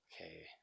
Okay